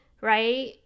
right